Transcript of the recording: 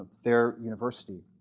their university.